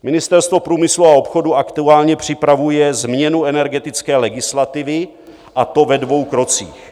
Ministerstvo průmyslu a obchodu aktuálně připravuje změnu energetické legislativy, a to ve dvou krocích...